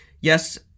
yes